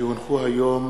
כי הונחו היום